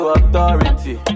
authority